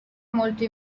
molto